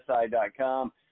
SI.com